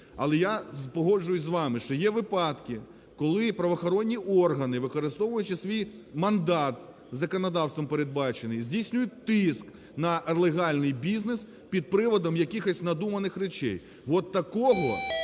Але я погоджуюся з вами, що є випадки, коли правоохоронні органи, використовуючи свій мандат, законодавством передбачений, здійснюють тиск на легальний бізнес під приводом якихось надуманих речей.